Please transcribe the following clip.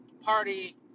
party